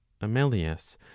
Amelius